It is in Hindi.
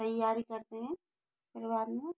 तैयारी करते हैं फिर बाद में